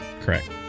Correct